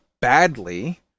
badly